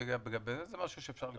אבל זה משהו שאפשר לבדוק אותו.